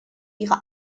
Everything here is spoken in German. ihre